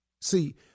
See